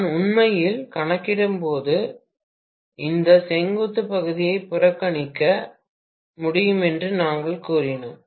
நாம் உண்மையில் கணக்கிட்டபோது இந்த செங்குத்து பகுதியை புறக்கணிக்க முடியும் என்று நாங்கள் கூறினோம்